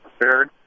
prepared